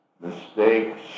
mistakes